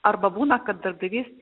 arba būna kad darbdavys